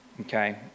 Okay